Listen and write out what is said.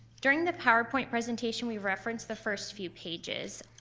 during the powerpoint presentation we referenced the first few pages.